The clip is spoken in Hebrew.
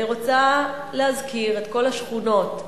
אני רוצה להזכיר את כל השכונות,